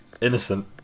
innocent